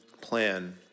plan